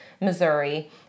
Missouri